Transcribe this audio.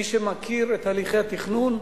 מי שמכיר את הליכי התכנון,